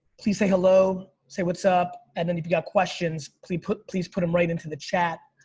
please say hello, say what's up. and then if you've got questions please put please put em right into the chat.